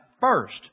first